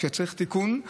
כשצריך תיקון,